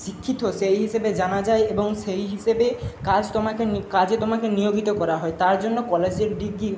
শিক্ষিত সেই হিসেবে জানা যায় এবং সেই হিসেবে কাজ তোমাকে কাজে তোমাকে নিয়োগীতো করা হয় তার জন্য কলেজের ডিগি